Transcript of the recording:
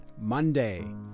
Monday